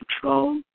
control